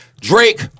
Drake